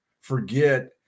forget